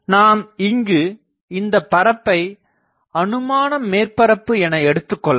நாம் இங்கு இந்தப் பரப்பை அனுமான மேற்பரப்பு என எடுத்துக் கொள்ளலாம்